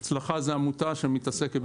"הצלחה" זאת עמותה שמתעסקת,